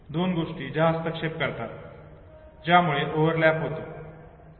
दोन गोष्टी ज्या हस्तक्षेप करतात ज्यामुळे ओव्हरलॅप होतो